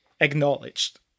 acknowledged